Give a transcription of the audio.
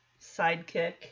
sidekick